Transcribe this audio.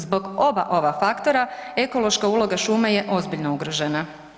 Zbog oba ova faktora ekološka uloga šume je ozbiljno ugrožena.